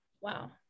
wow